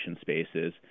spaces